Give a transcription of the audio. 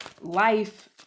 life